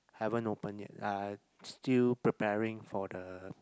haven't open yet ah still preparing for the